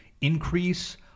increase